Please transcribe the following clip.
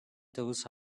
those